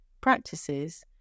practices